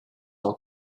how